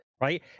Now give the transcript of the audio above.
right